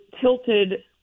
tilted